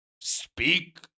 speak